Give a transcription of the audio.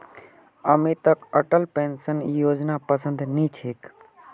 अमितक अटल पेंशन योजनापसंद नी छेक